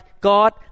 God